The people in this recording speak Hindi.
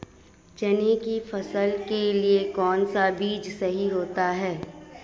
चने की फसल के लिए कौनसा बीज सही होता है?